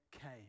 came